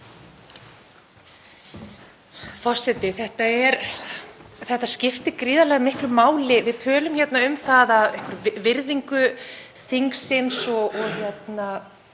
Forseti. Þetta skiptir gríðarlega miklu máli. Við tölum hérna um virðingu þingsins og við